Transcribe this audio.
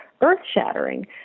earth-shattering